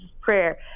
prayer